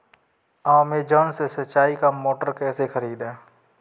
Amazon से सिंचाई का मोटर कैसे खरीदें?